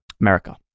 America